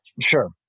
Sure